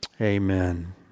Amen